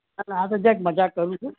ના ના આતો જરાક મજાક કરું છું